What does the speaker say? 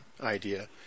idea